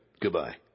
Goodbye